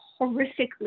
horrifically